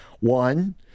One